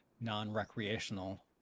non-recreational